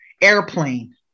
airplane